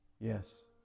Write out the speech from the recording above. Yes